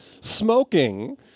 smoking